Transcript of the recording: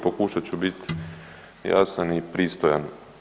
Pokušat ću bit jasan i pristojan.